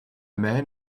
man